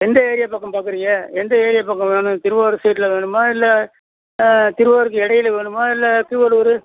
எந்த ஏரியா பக்கம் பார்க்குறீங்க எந்த ஏரியா பக்கம் வேணும் திருவாரூர் சைடில் வேணுமா இல்லை திருவாரூருக்கு இடைல வேணுமா இல்லை கீவளூர்